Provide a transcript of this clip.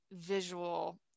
visual